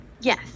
Yes